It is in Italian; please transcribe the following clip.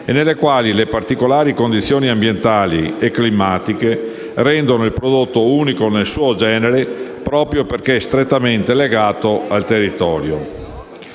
e nelle quali le particolari condizioni ambientali e climatiche rendono il prodotto unico nel suo genere proprio perché strettamente legato al territorio.